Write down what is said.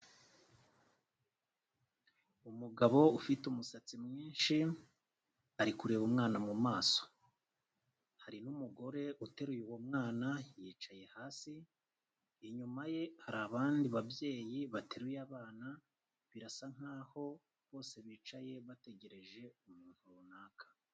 Umugabo ufite umusatsi mwinshi, ari kureba umwana mu maso. Hari n'umugore uteruye uwo mwana yicaye hasi, inyuma ye hari abandi babyeyi bateruye abana, birasa nk'aho bose bicaye bategereje umuntu runaka.